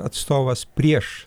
atstovas prieš